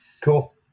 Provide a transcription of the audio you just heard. Cool